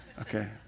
Okay